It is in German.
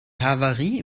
havarie